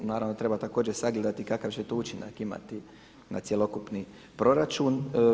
Naravno da treba također sagledati kakav će to učinak imati na cjelokupni proračun.